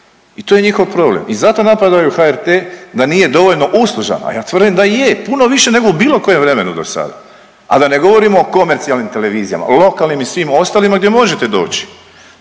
i to je njihov problem. I zato napadaju HRT da nije dovoljno uslužan, a ja tvrdim da je puno više nego u bilo kojem vremenu dosada, a da ne govorim o komercijalnim televizijama, lokalnim i svim ostalima gdje možete doći.